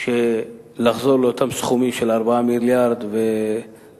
של לחזור לאותם סכומים של 4 מיליארד ואכן